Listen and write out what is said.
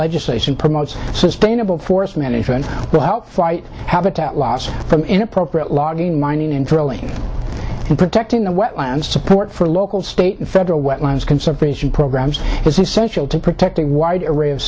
legislation promotes sustainable forest management to help fight habitat loss from inappropriate logging mining and drilling and protecting the wetlands support for local state and federal wetlands conservation programs was essential to protect a wide array of